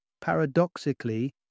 paradoxically